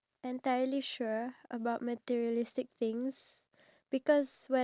what do you think about the colour yellow for the store do you think it's a nice yellow